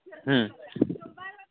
હમ